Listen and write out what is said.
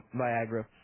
Viagra